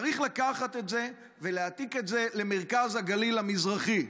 צריך לקחת את זה ולהעתיק את זה למרכז הגליל המזרחי.